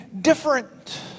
different